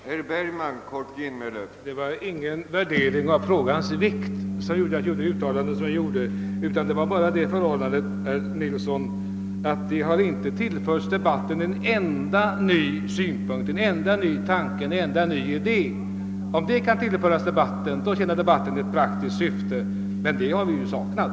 Herr talman! Mitt uttalande berodde inte på någon värdering av frågans vikt. Debatten har inte tillförts en enda ny synpunkt, en enda ny tanke eller en enda ny idé. Om så sker, tjänar debatten ett praktiskt syfte. Men det är detta vi saknar.